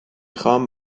خوام